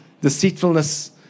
deceitfulness